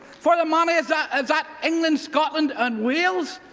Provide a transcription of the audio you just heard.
for the many is ah that england, scotland and wales,